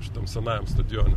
šitam senajam stadione